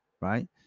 right